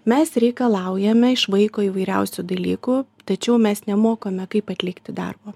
mes reikalaujame iš vaiko įvairiausių dalykų tačiau mes nemokame kaip atlikti darbą